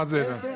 מה זה יכול?